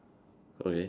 okay